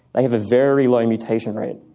they have a very low mutation rate.